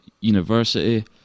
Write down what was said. university